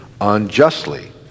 unjustly